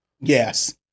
Yes